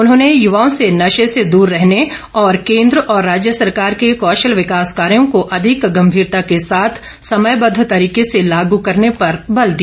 उन्होंने युवाओं से नशे से दूर रहने और केन्द्र और राज्य सरकार के कौशल विकासकार्यों को अधिक गम्भीरता के साथ समयवद्व तरीके से लागू करने पर बल दिया